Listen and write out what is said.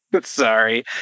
Sorry